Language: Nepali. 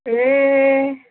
ए